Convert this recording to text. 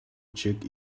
check